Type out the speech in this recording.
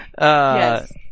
Yes